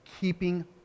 keeping